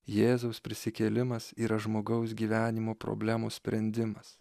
jėzaus prisikėlimas yra žmogaus gyvenimo problemų sprendimas